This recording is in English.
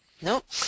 Nope